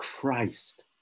Christ